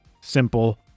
simple